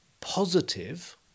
positive